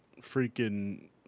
freaking